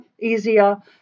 easier